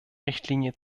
richtlinie